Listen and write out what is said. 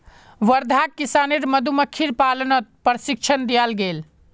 वर्धाक किसानेर मधुमक्खीर पालनत प्रशिक्षण दियाल गेल